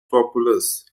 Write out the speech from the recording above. populous